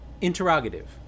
interrogative